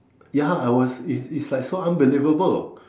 ya I was is is like so unbelievable